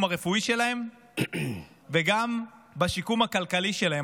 הרפואי שלהם וגם בשיקום הכלכלי שלהם.